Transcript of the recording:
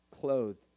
clothed